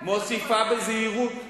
מוסיפה בזהירות,